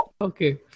Okay